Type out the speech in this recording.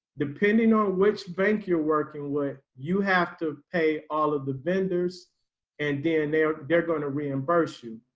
depending on which bank you're working with, you have to pay all of the vendors and then they're they're going to reimburse you.